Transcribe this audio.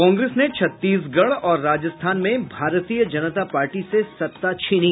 कांग्रेस ने छत्तीसगढ़ और राजस्थान में भारतीय जनता पार्टी से सत्ता छिनी